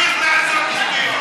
תמשיך לעשות שטויות.